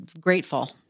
grateful